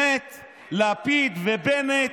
לפיד ובנט,